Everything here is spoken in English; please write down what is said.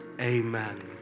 amen